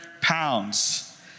pounds